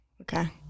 Okay